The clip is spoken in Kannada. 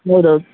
ಹೌದ್ ಹೌದ್